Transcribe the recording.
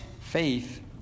faith